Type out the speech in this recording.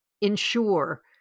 ensure